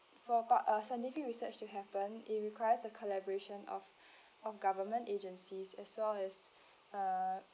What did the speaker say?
for part uh scientific research to happen it requires a collaboration of of government agencies as well as uh